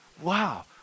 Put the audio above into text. wow